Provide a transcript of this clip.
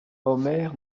omer